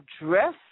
address